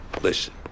listen